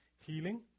Healing